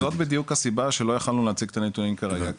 זאת בדיוק הסיבה שלא יכולנו להציג את הנתונים כרגע,